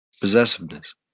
possessiveness